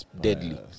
deadly